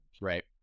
Right